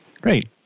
Great